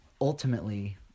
ultimately